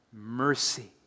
mercy